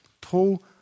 Paul